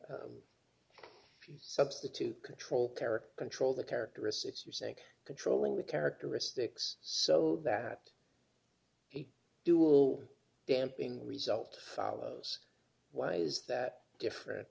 you substitute control character control the characteristics you're saying controlling the characteristics so that dual damping result follows why is that different